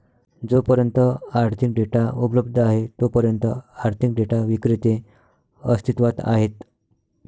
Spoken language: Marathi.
जोपर्यंत आर्थिक डेटा उपलब्ध आहे तोपर्यंत आर्थिक डेटा विक्रेते अस्तित्वात आहेत